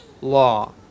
law